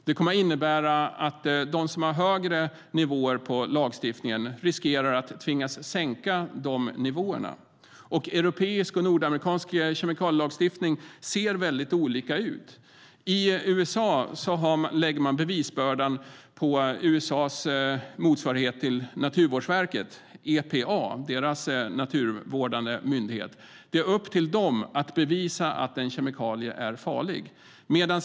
Det kommer att innebära att de som har högre nivåer på lagstiftningen riskerar att tvingas sänka de nivåerna. Europeisk och nordamerikansk kemikalielagstiftning ser väldigt olika ut. I USA lägger man bevisbördan på USA:s motsvarighet till Naturvårdsverket, EPA som är deras naturvårdande myndighet. Det är upp till dem att bevisa att en kemikalie är farlig.